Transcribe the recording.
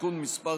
תיקון מס'